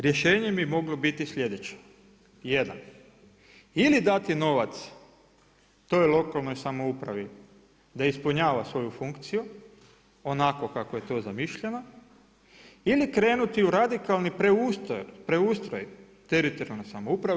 Rješenje bi moglo biti sljedeće, 1 ili dati novac toj lokalnoj samoupravi da ispunjava svoju funkciju onako kako je to zamišljeno ili krenuti u radikalni preustroj teritorijalne samouprave.